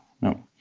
no